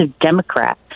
Democrat